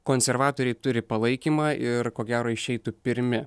konservatoriai turi palaikymą ir ko gero išeitų pirmi